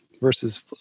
versus